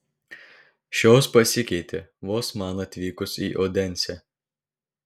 šios pasikeitė vos man atvykus į odensę